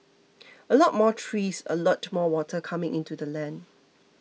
a lot more trees a lot more water coming into the land